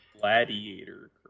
Gladiator